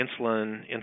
insulin